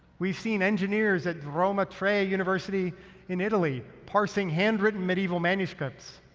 we've seen engineers at roma tre university in italy parsing handwritten medieval manuscripts.